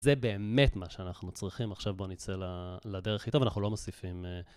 זה באמת מה שאנחנו צריכים, עכשיו בוא נצא לדרך איתו, ואנחנו לא מוסיפים...